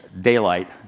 daylight